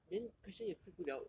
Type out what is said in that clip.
then question 也治不 liao